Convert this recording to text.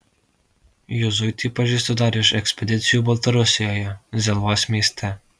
juzuitį pažįstu dar iš ekspedicijų baltarusijoje zelvos mieste